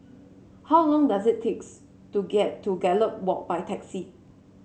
how long does it takes to get to Gallop Walk by taxi